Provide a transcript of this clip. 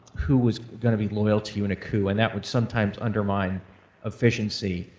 who was gonna be loyal to you in a coup, and that would sometimes undermine efficiency.